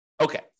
Okay